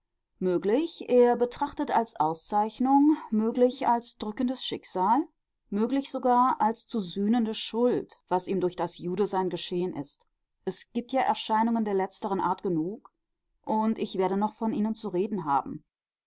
möglich er betrachtet als auszeichnung möglich als drückendes schicksal möglich sogar als zu sühnende schuld was ihm durch das judesein geschehen ist es gibt ja erscheinungen der letzteren art genug und ich werde noch von ihnen zu reden haben